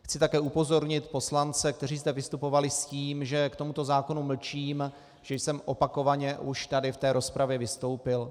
Chci také upozornit poslance, kteří zde vystupovali s tím, že k tomuto zákonu mlčím, že jsem opakovaně už tady v rozpravě vystoupil.